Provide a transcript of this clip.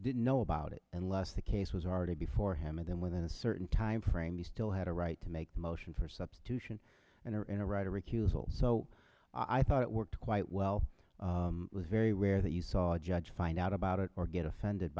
didn't know about it unless the case was already before him and then within a certain time frame he still had a right to make motion for substitution and a writer recusal so i thought it worked quite well was very rare that you saw a judge find out about it or get offended